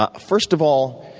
ah first of all,